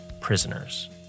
prisoners